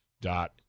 dot